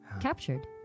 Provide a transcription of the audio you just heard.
captured